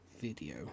video